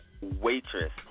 waitress